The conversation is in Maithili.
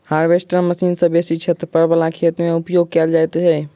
हार्वेस्टर मशीन सॅ बेसी क्षेत्रफल बला खेत मे उपयोग कयल जाइत छै